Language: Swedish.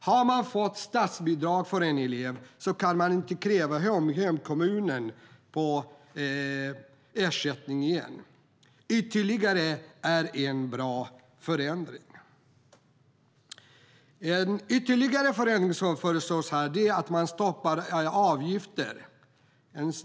Har man fått statsbidrag för en elev kan man inte kräva hemkommunen på ersättning. Det är ännu en bra förändring. Ytterligare en förändring som föreslås här är att man stoppar avgifterna.